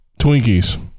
Twinkies